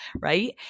right